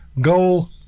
go